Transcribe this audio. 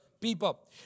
people